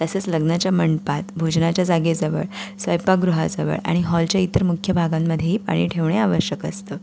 तसेच लग्नाच्या मंडपात भोजनाच्या जागेजवळ स्वयंपाकगृहाजवळ आणि हॉलच्या इतर मुख्य भागांमध्येही पाणी ठेवणे आवश्यक असतं